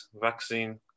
vaccine